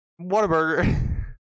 Whataburger